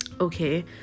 okay